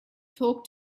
talk